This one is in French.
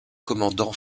commandant